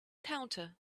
counter